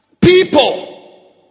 people